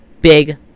big